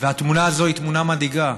התמונה הזאת היא תמונה מדאיגה.